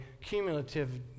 cumulative